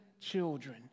children